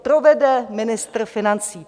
Povede ministr financí.